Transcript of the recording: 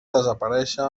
desaparèixer